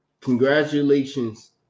congratulations